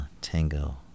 tango